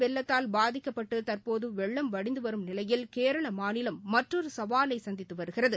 வெள்ளத்தால் பாதிக்கப்பட்டு தற்போது வெள்ளம் வடிந்துவரும் நிலையில் கேரள மாநிலம் மற்றொரு சவாலை சந்தித்து வருகிறது